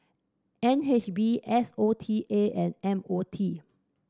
N H B S O T A and M O T